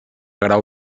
grau